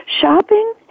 Shopping